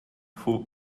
full